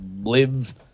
live